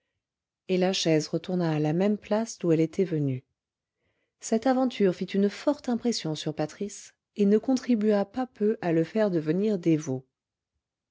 et la chaise retourna à la même place d'où elle était venue cette aventure fit une forte impression sur patris et ne contribua pas peu à le faire devenir